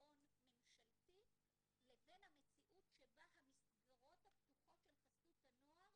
למעון ממשלתי לבין המציאות שבה המסגרות הפתוחות של חסות הנוער